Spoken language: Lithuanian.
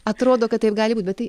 atrodo kad taip gali būt bet tai